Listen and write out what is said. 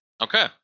Okay